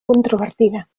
controvertida